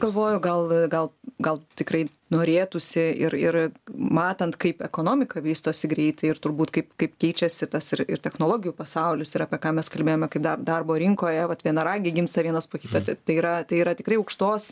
galvoju gal gal gal tikrai norėtųsi ir ir matant kaip ekonomika vystosi greitai ir turbūt kaip kaip keičiasi tas ir ir technologijų pasaulis ir apie ką mes kalbėjome kai dar darbo rinkoje vat vienaragiai gimsta vienas po kito tai yra tai yra tikrai aukštos